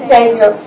Savior